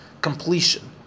completion